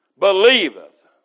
believeth